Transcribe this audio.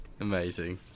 Amazing